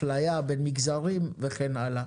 אפליה בין מגזרים וכן הלאה.